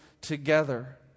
together